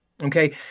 Okay